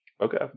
Okay